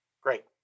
Great